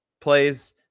plays